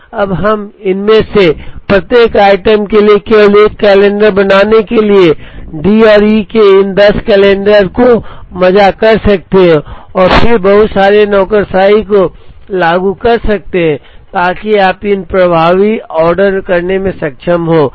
अब हम इनमें से प्रत्येक आइटम के लिए केवल एक कैलेंडर बनाने के लिए डी और ई के इन 10 कैलेंडर को मर्ज कर सकते हैं और फिर बहुत सारे नौकरशाही को लागू कर सकते हैं ताकि आप इन प्रभावी ऑर्डर करने में सक्षम हों